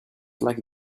like